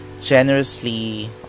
generously